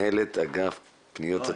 שמענו פה כולנו בקשב רב את הסקירה וכפי שציינת